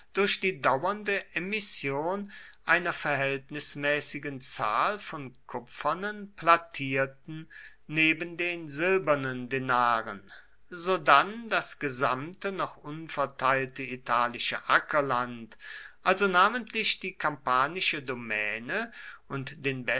durch die dauernde emission einer verhältnismäßigen zahl von kupfernen plattierten neben den silbernen denaren sodann das gesamte noch unverteilte italische ackerland also namentlich die kampanische domäne und